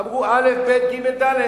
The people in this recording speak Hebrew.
אמרו: א', ב', ג', ד'.